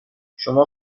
شما